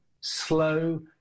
slow